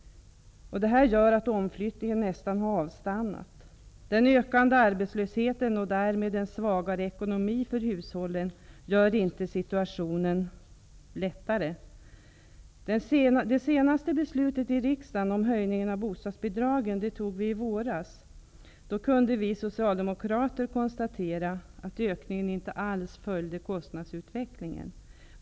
Detta gör att omflyttningen nästan har avstannat. Den ökande arbetslösheten, och därmed en svagare ekonomi för hushållen, gör inte situationen lättare. Det senaste beslutet i riksdagen om höjningen av bostadsbidragen fattades i våras. Då kunde vi socialdemokrater konstatera att ökningen inte alls följde kostnadsutvecklingen.